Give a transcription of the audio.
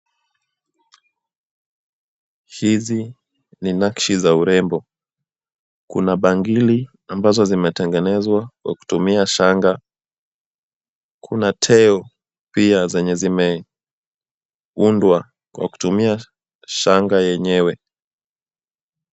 Hizi ni nakshi za urembo. Kuna bangili ambazo zimetengenezwa kwa kutumia shanga. Kuna teo pia zenye zimeundwa kwa kutumia shanga yenyewe.